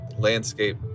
landscape